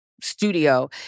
studio